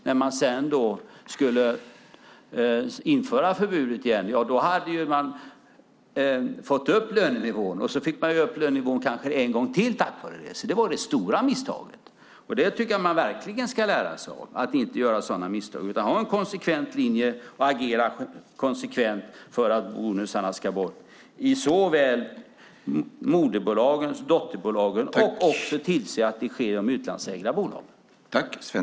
När man sedan skulle införa förbudet igen hade man naturligtvis fått upp lönenivån, och man fick kanske upp lönenivån en gång till tack vare det. Det var alltså det stora misstaget. Jag tycker verkligen att man ska lära sig av detta och inte göra sådana misstag utan ha en konsekvent linje och agera konsekvent för att bonusarna ska bort i såväl moderbolagen som dotterbolagen och också tillse att det sker i de utlandsägda bolagen.